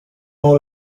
all